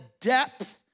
depth